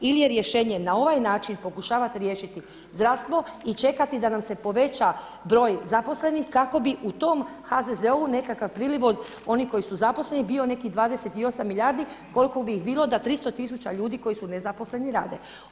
Ili je rješenje, na ovaj način pokušavate riješiti zdravstvo i čekati da nam se poveća broj zaposlenih kako bi u tom HZZO-u nekakav priliv od onih koji su zaposleni bio nekih 28 milijardi koliko bi ih bilo da 300 tisuća ljudi koji su nezaposleni rade?